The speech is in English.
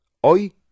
hoy